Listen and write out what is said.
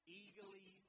eagerly